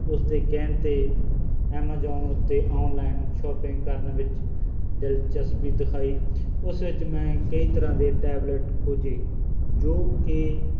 ਉਸਦੇ ਕਹਿਣ 'ਤੇ ਐਮਾਜੋਨ ਉੱਤੇ ਆਨਲਾਈਨ ਸ਼ਾਪਿੰਗ ਕਰਨ ਵਿੱਚ ਦਿਲਚਸਪੀ ਦਿਖਾਈ ਉਸ ਵਿੱਚ ਮੈਂ ਕਈ ਤਰ੍ਹਾਂ ਦੇ ਟੈਬਲਟ ਖੋਜੇ ਜੋ ਕਿ